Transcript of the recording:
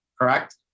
correct